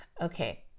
Okay